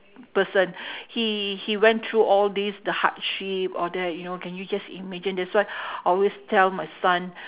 person he he went through all these the hardship all that you know can you just imagine that's why I always tell my son